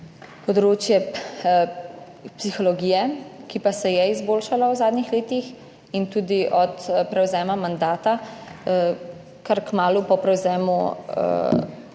področje psihologije, ki pa se je izboljšalo v zadnjih letih, in tudi od prevzema mandata, kar kmalu po prevzemu